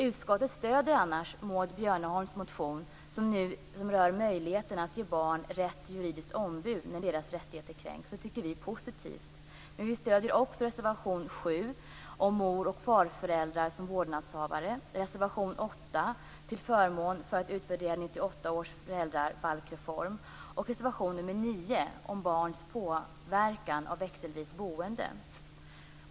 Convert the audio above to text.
Utskottet stöder annars Maud Björnemalms motion, som rör möjligheterna att ge barn rätt till juridiskt ombud när deras rättigheter kränks. Det tycker vi är positivt. Men vi stöder också reservation 7 om mor och farföräldrar som vårdnadshavare, reservation 8 till förmån för en utvärdering av 1998 års föräldrabalksreform och reservation nr 9 om hur barn påverkas av växelvis boende.